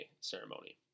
ceremony